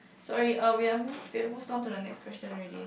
sorry uh we are move we have moved on to the next question already